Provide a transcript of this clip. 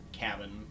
cabin